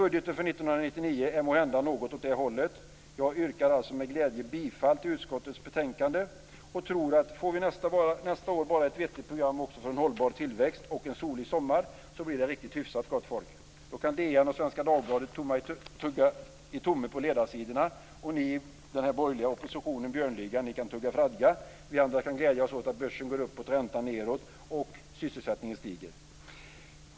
Budgeten för 1999 är måhända något åt det hållet. Jag yrkar med glädje bifall till hemställan i utskottets betänkande. Får vi nästa år ett vettigt program också för en hållbar tillväxt och en solig sommar, så blir det riktigt hyfsat, gott folk. Då kan DN och Svenska Dagbladet tugga i det tomma på ledarsidorna, och ni i den borgerliga oppositionen, i Björnligan, ni kan tugga fradga. Vi andra kan glädjas åt att börsen går uppåt, räntan går nedåt och sysselsättningen stiger.